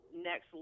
next